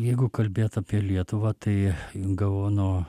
jeigu kalbėt apie lietuvą tai gaono